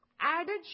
added